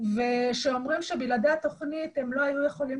ואומרים שללא התוכנית הם לא היו יכולים